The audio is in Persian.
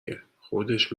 گه، خودش